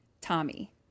Tommy